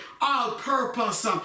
all-purpose